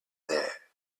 there